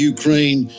Ukraine